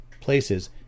places